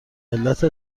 علت